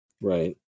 Right